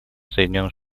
соединенных